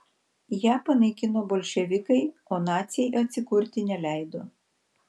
ją panaikino bolševikai o naciai atsikurti neleido